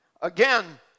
Again